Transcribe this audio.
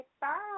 Bye